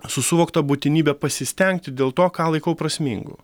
su suvokta būtinybe pasistengti dėl to ką laikau prasmingu